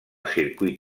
circuit